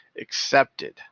accepted